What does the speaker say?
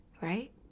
right